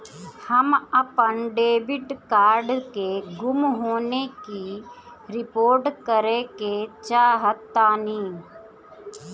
हम अपन debit card के गुम होने की रिपोर्ट करे चाहतानी